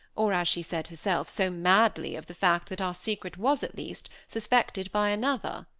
or, as she said herself, so madly, of the fact that our secret was, at least, suspected by another?